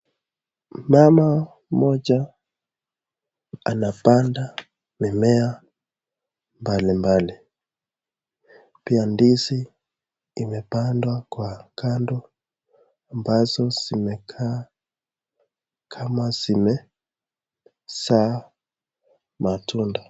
Mama mmoja anapanda mimea mbalimbali. Pia ndizi imepandwa kwa kando ambazo zimekaa kama zimezaa matunda.